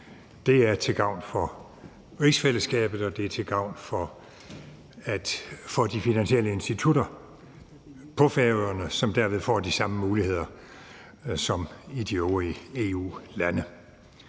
Det er til gavn for rigsfællesskabet, og det er til gavn for de finansielle institutter på Færøerne, som derved får de samme muligheder som i de øvrige EU-lande.